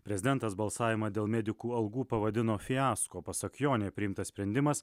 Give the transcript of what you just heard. prezidentas balsavimą dėl medikų algų pavadino fiasko pasak jo nepriimtas sprendimas